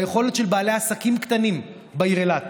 היכולת של בעלי עסקים קטנים בעיר אילת